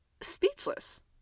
speechless